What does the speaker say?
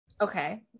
Okay